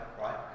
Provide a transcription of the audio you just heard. right